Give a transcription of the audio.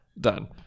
done